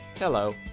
Hello